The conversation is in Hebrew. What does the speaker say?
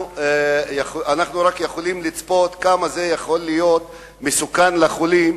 אנחנו רק יכולים לצפות כמה זה יכול להיות מסוכן לחולים,